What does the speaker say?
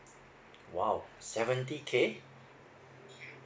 !wow! seventy K